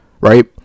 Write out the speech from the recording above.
right